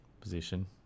Position